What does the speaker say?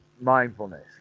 mindfulness